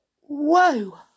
whoa